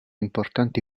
importanti